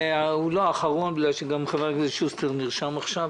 והוא לא אחרון בגלל שגם חבר הכנסת שוסטר נרשם עכשיו,